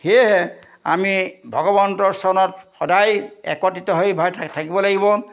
সেয়েহে আমি ভগৱন্তৰ চৰণত সদায় একত্ৰিত হৈ ভয় থাকিব লাগিব